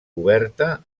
coberta